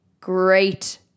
great